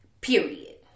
Period